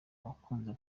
wakunze